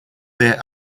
there